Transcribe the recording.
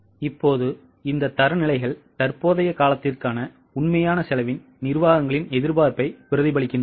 இப்போது இந்த தரநிலைகள் தற்போதைய காலத்திற்கான உண்மையான செலவின் நிர்வாகங்களின் எதிர்பார்ப்பை பிரதிபலிக்கின்றன